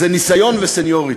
זה ניסיון וסניוריטי.